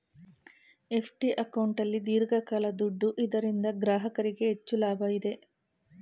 FD ಅಕೌಂಟಲ್ಲಿ ದೀರ್ಘಕಾಲ ದುಡ್ಡು ಇದರಿಂದ ಗ್ರಾಹಕರಿಗೆ ಹೆಚ್ಚು ಲಾಭ ಇದೆ